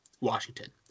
Washington